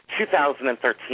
2013